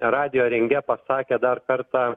radijo ringe pasakė dar kartą